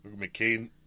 McCain